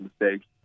mistakes